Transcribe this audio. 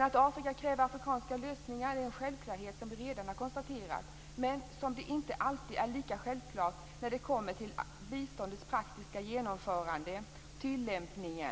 Att Afrika kräver afrikanska lösningar är en självklarhet som vi redan har konstaterat, men det är inte alltid lika självklart i biståndets praktiska tilllämpning.